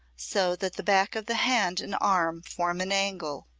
so that the back of the hand and arm form an angle.